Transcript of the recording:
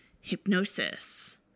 Hypnosis